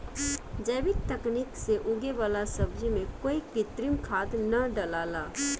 जैविक तकनीक से उगे वाला सब्जी में कोई कृत्रिम खाद ना डलाला